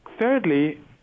Thirdly